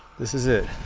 this is it.